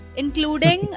including